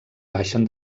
baixen